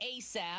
asap